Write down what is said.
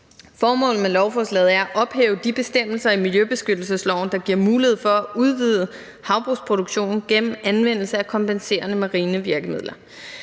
Formålet med lovforslaget er at ophæve de bestemmelser i miljøbeskyttelsesloven, der giver mulighed for at udvide havbrugsproduktionen gennem anvendelse af kompenserende marine virkemidler.